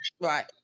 Right